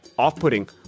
off-putting